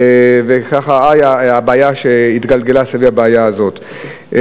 וכך הבעיה התגלגלה סביב הבעיה הזאת.